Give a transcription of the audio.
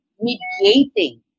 mediating